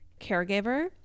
caregiver